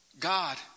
God